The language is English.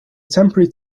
temporary